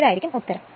ഇതാണ് ഉത്തരം